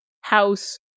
house